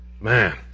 man